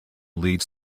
leads